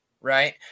Right